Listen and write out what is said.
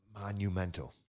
monumental